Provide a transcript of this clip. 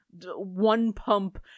one-pump